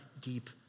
deep